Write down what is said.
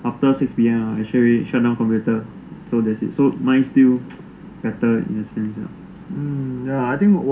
after six P_M I straight away shut down computer so that's it so mine still better in a sense ya